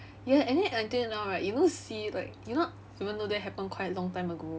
ya and then until now right you know C like you know even though that happened quite a long time ago